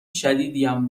شدیدیم